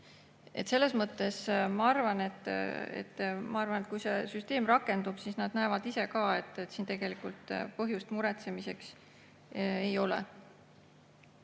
nägemused. Ma arvan, et kui see süsteem rakendub, siis nad näevad ise ka, et siin tegelikult põhjust muretsemiseks ei ole.